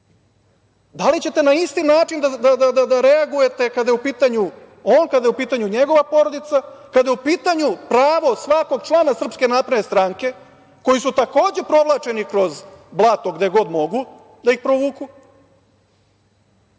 li ćete na isti način da reagujete kada je u pitanju on, kada je u pitanju njegova porodica, kada je u pitanju pravo svakog člana SNS, koji su takođe provlačeni kroz blato gde god mogu da ih provuku,